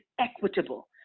equitable